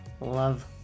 Love